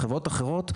או חברות אחרות,